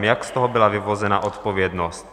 Jak z toho byla vyvozena odpovědnost?